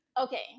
Okay